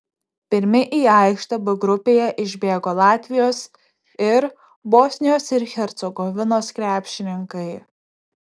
pirmi į aikštę b grupėje išbėgo latvijos ir bosnijos ir hercegovinos krepšininkai